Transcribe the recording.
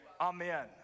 Amen